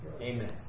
Amen